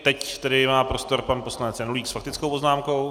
Teď tedy má prostor pan poslanec Janulík s faktickou poznámkou.